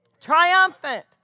Triumphant